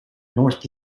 north